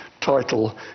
title